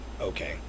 okay